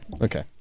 Okay